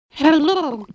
Hello